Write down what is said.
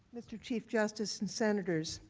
mr. chief justice and senators